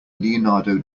leonardo